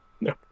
no